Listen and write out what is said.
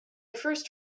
first